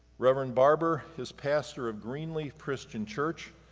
reverend barber is pastor of greenleaf christian church,